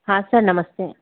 हाँ सर नमस्ते